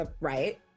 right